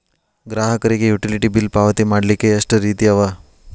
ಗ್ರಾಹಕರಿಗೆ utility bill ಪಾವತಿ ಮಾಡ್ಲಿಕ್ಕೆ ಎಷ್ಟ ರೇತಿ ಅವ?